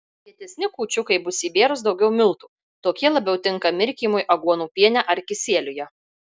kietesni kūčiukai bus įbėrus daugiau miltų tokie labiau tinka mirkymui aguonų piene ar kisieliuje